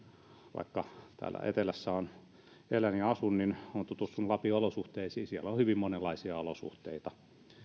vaikka täällä etelässä elän ja asun niin olen tutustunut lapin olosuhteisiin siellä on hyvin monenlaisia olosuhteita